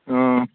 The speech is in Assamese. অঁ